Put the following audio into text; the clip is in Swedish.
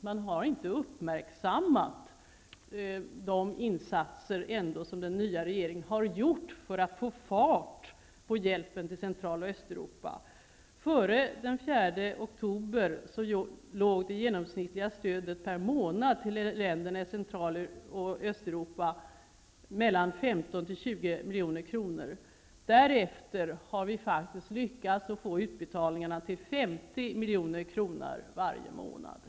Man har inte uppmärksammat de insatser som den nya regeringen har gjort för att få fart på hjälpen till Före den 4 oktober låg det genomsnittliga stödet per månad till länderna i Central och Östeuropa på 15--20 milj.kr. Därefter har vi lyckats att öka utbetalningarna till 50 milj.kr. varje månad.